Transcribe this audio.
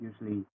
usually